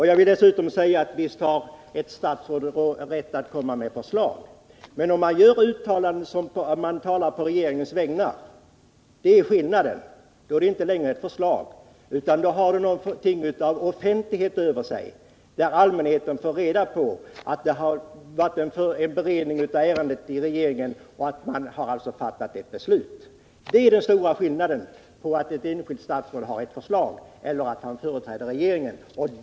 Jag vill dessutom säga att ett statsråd naturligtvis skall ha rätt att komma med ett förslag. Men om han gör uttalanden som om han skulle yttra sig på regeringens vägnar är skillnaden den att det då inte längre uppfattas som ett förslag — då har uttalandet fått någonting av offentlighet över sig, och 163 allmänheten tror att det har varit en beredning av ärendet i regeringen och att den har fattat ett beslut. Det är den stora skillnaden mellan ett enskilt förslag från ett statsråd och ett uttalande där statsrådet företräder regeringen.